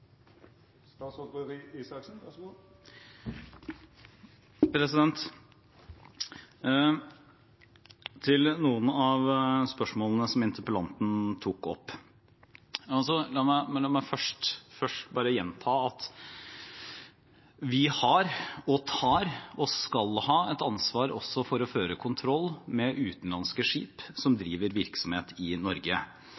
Til noen av spørsmålene som interpellanten tok opp: La meg først bare gjenta at vi har, tar – og skal ha – et ansvar også for å føre kontroll med utenlandske skip som